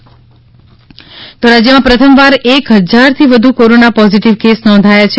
corona Gujarat રાજ્યમાં પ્રથમવાર એક હજારથી વધુ કોરોના પોઝીટીવ કેસ નોંધાયા છે